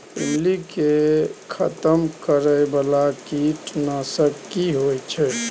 ईमली के खतम करैय बाला कीट नासक की होय छै?